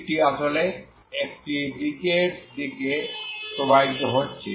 হিটটি আসলে একটি দিকের দিকে প্রবাহিত হচ্ছে